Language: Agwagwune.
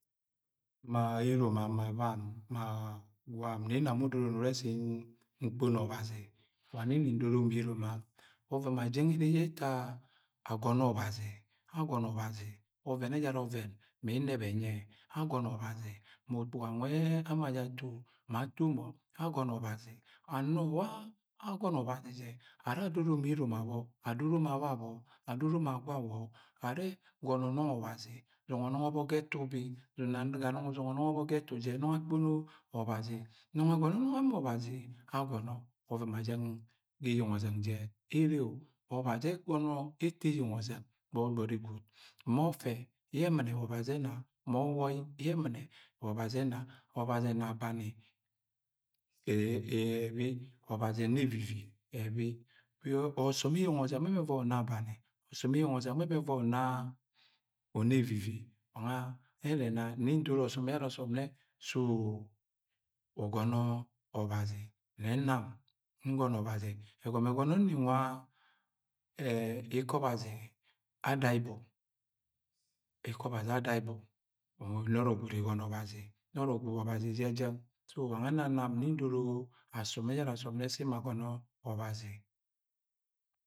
Ma eromam ma bam ma wam ne inan udoro ni ure se nkponoo ọbazi wa ne nni ndoro ma eromam oven ma jeng ye eta agonọ ọbazi. Agọnọ ọbazi ọvẹn ẹjara ọvẹn me ẹnẹb ẹnyi ẹ. Agọnọ ọbazi ma ukpuga nwe ama jẹ ato ma ato mọ. Agọnọ ọbazi ma wa agọnọ ọbazi je ma ara adoro ma emo erom abo, adoro ma babo, adoro ma gwawo are agọnọ nọngọ ọbazi. Zọngọ nọngọ ọ bọk ga etu ubi, zọngọ ọbọk ga ẹtu jẹ no̱ngo akpono ọbazi. Nongọ ẹgọnọ yẹ nọngọ ama ọbazi agọnọ, oven ma jeng ga eueng ozẹng jẹ ereo! Wa ọbazi ugọnọ uto eyeng ọzeng gbo, gbori swud, ma ọfe yẹ emine wa ọbazi ẹna. Ma ọwoi ye emine wa obazi ena. Ma ọbazi ena abani ebi, ọbazi ena evivi ebi. Osọm eyeng ọzẹng mẹ mẹ ẹvọi una evivi wa nwe ere ena nne se ugọno obazi ne nam ngọnọ ọbazi. Egomo egọnọ yẹ nam nni nwa ẹ ikọ ọbazi ẹ andaibo, ikọ ọbazi andaibo, nọrọ gwud wa ọbazi jẹ jẹng. Wange ena nam nni ndoro asom ẹjara asọm nnẹ se emo agọnọ ọbazi.